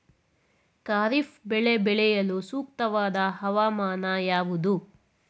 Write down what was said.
ಖಾರಿಫ್ ಬೆಳೆ ಬೆಳೆಯಲು ಸೂಕ್ತವಾದ ಹವಾಮಾನ ಯಾವುದು?